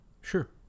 sure